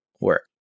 work